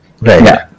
right